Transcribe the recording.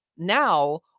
Now